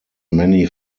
many